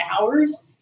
hours